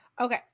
Okay